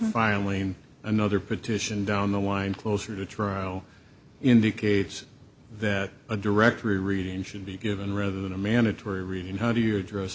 violin another petition down the one closer to trial indicates that a directory reading should be given rather than a mandatory reading how do you